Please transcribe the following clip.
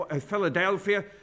Philadelphia